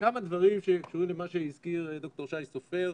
כמה דברים שקשורים למה שהזכיר ד"ר שי סופר.